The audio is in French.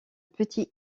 petits